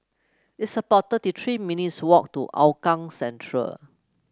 it's about thirty three minutes' walk to Hougang Central